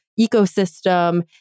ecosystem